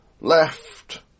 left